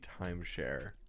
timeshare